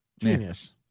Genius